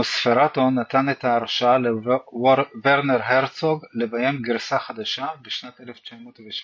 "נוספרטו" נתן את ההשראה לורנר הרצוג לביים גרסה חדשה בשנת 1979.